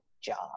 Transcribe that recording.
job